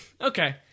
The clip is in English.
Okay